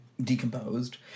decomposed